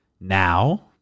now